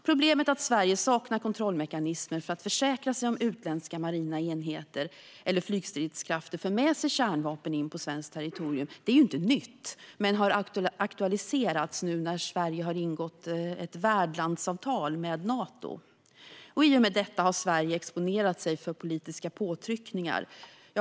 Problemet att Sverige saknar kontrollmekanismer för att försäkra sig om att utländska marina enheter eller flygstridskrafter inte för med sig kärnvapen in på svenskt territorium är inte nytt men har aktualiserats nu när Sverige har ingått värdlandsavtal med Nato. I och med detta har Sverige exponerat sig för politiska påtryckningar.